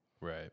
right